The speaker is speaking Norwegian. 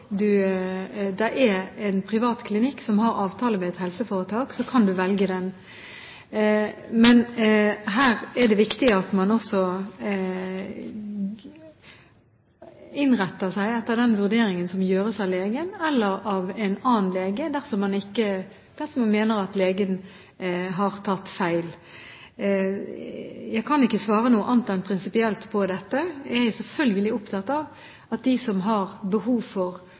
det er en privat klinikk som har avtale med et helseforetak, kan man velge den. Men det er viktig at man innretter seg etter den vurderingen som gjøres av legen – eller av en annen lege, dersom man mener at legen har tatt feil. Jeg kan ikke svare noe annet enn prinsipielt på dette. Jeg er selvfølgelig opptatt av at de som har behov for